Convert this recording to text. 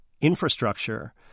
infrastructure